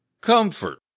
Comfort